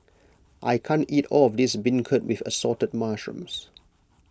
I can't eat all of this Beancurd with Assorted Mushrooms